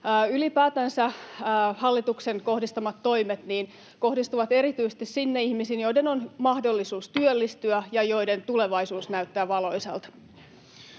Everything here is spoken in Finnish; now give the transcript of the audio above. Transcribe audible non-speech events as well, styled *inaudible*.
Ylipäätänsä hallituksen kohdistamat toimet kohdistuvat erityisesti ihmisiin, joiden on mahdollisuus työllistyä *noise* ja joiden tulevaisuus näyttää valoisalta.